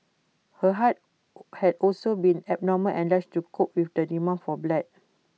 her heart had also been abnormal enlarged to cope with the demand for blood